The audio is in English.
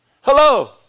Hello